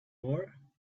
more